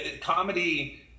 comedy